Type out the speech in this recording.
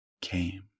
came